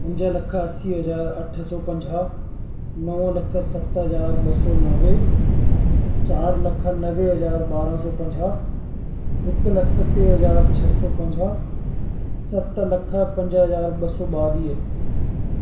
पंज लख असी हज़ार अठ सौ पंज़ाह नव लख सत हज़ार ॿ सौ नवें चारि लख नवें हज़ार ॿारहां सौ पंज़ाह हिकु लख टे हज़ार छह सौ पंजाह सत लख पंज हज़ार ॿ सौ ॿावीह